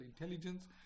intelligence